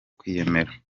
kwiyemera